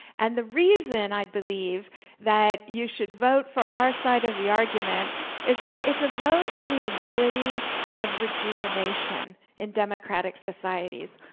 and the reason i believe that you should vote for our side of the argument is that it's a vote in the ability of rejuvenation in democratic societies.